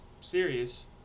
serious